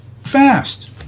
fast